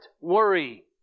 worry